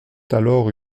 alors